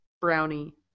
brownie